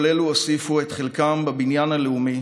כל אלו הוסיפו את חלקם בבניין הלאומי